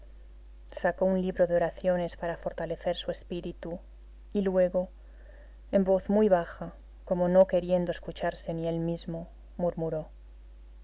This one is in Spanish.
sacó un libro de oraciones para fortalecer su espíritu y luego en voz muy baja como no queriendo escucharse ni él mismo murmuró